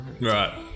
Right